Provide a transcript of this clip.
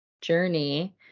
journey